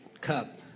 cup